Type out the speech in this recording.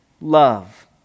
love